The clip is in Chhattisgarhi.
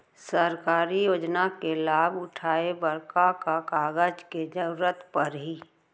सरकारी योजना के लाभ उठाए बर का का कागज के जरूरत परही